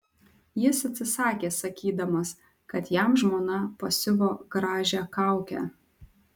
jis atsisakė sakydamas kad jam žmona pasiuvo gražią kaukę